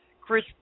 Chris